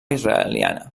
israeliana